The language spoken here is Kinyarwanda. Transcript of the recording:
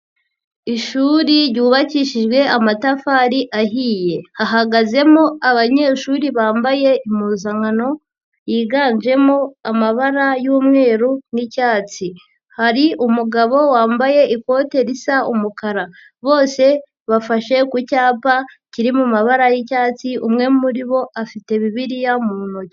Ishuri ryubakishijwe amatafari ahiye. Hahagazemo abanyeshuri bambaye impuzankano yiganjemo amabara y'umweru n'icyatsi. Hari umugabo wambaye ikote risa umukara. Bose bafashe ku cyapa kiri mu mabara y'icyatsi, umwe muri bo afite bibiliya mu ntoki.